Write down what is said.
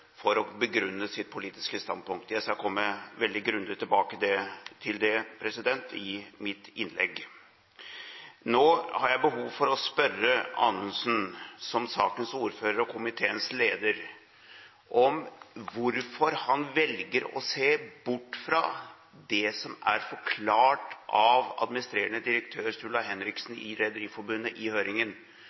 for å begrunne sitt politiske standpunkt. Jeg skal komme veldig grundig tilbake til det i mitt innlegg. Nå har jeg behov for å spørre Anundsen, som sakens ordfører og komiteens leder, om hvorfor han velger å se bort fra det som i høringen ble forklart av administrerende direktør Sturla Henriksen i Rederiforbundet,